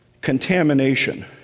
Contamination